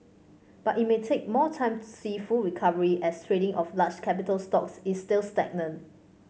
but it may take more time to see full recovery as trading of large capital stocks is still stagnant